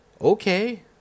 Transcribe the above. Okay